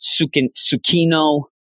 Sukino